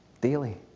Daily